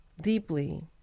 deeply